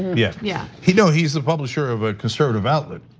yeah, yeah you know he's the publisher of a conservative outlet.